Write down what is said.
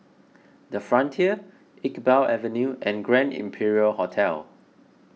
the Frontier Iqbal Avenue and Grand Imperial Hotel